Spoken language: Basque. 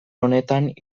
honetan